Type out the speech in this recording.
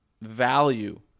value